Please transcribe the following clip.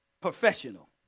professional